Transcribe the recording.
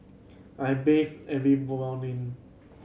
I bathe every morning